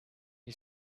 you